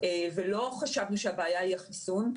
ולא חשבנו שהבעיה היא החיסון.